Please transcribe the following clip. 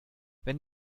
wenn